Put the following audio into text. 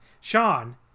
Sean